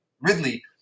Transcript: Ridley